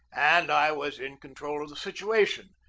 and i was in con trol of the situation,